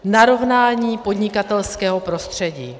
Narovnání podnikatelského prostředí.